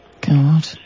God